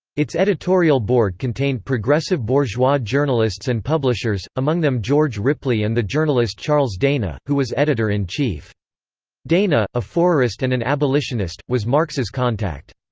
its editorial board contained progressive bourgeois journalists and publishers, among them george ripley and the journalist charles dana, who was editor-in-chief. dana, a fourierist and an abolitionist, was marx's contact.